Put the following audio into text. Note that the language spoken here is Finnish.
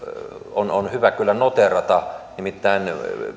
on on hyvä kyllä noteerata nimittäin